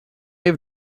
have